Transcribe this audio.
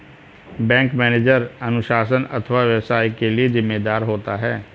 bank manager अनुशासन अथवा व्यवसाय के लिए जिम्मेदार होता है